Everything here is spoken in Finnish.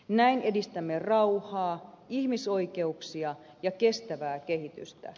näin edistämme rauhaa ihmisoikeuksia ja kestävää kehitystä